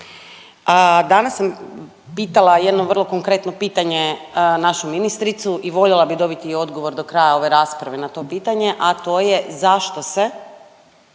Danas sam pitala jedno vrlo konkretno pitanje našu ministricu i voljela bih dobiti odgovor do kraja ove rasprave na to pitanje, a to je zašto se